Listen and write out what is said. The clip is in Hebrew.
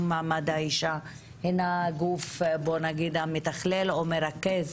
מעמד האישה הינה הגוף המתכלל או מרכז